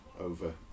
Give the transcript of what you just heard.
over